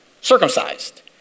circumcised